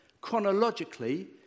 chronologically